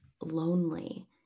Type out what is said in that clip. lonely